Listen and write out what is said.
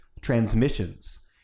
transmissions